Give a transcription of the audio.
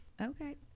Okay